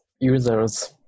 users